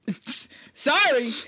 Sorry